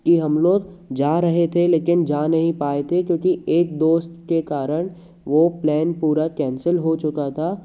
कि हम लोग जा रहे थे लेकिन जा नहीं पाए थे क्योंकि एक दोस्त के कारण वो प्लेन पूरा कैंसल हो चुका था